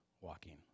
walking